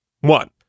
One